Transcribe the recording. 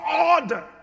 order